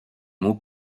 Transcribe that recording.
mots